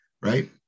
right